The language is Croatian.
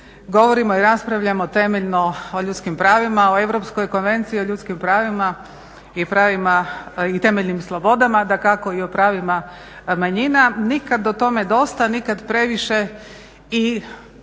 govorimo i raspravljamo temeljno o ljudskim pravima, o Europskoj konvenciji o ljudskim pravima i temeljnim slobodama, dakako i o pravima manjina. Nikad o tome dosta, nikad previše i